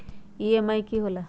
EMI की होला?